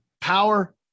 power